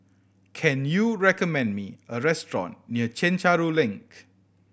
can you recommend me a restaurant near Chencharu Link